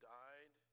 died